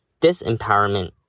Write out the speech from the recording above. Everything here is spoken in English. disempowerment